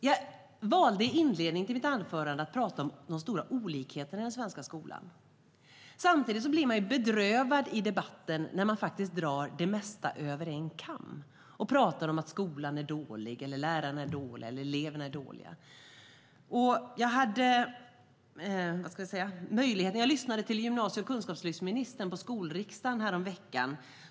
Jag valde att i inledningen av mitt anförande tala om de stora olikheterna i den svenska skolan. Samtidigt blir man bedrövad i debatten när det mesta dras över en kam och det talas om att skolan är dålig, att lärarna är dåliga eller att eleverna är dåliga. Jag lyssnade till gymnasie och kunskapslyftsministern på skolriksdagen häromveckan.